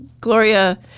Gloria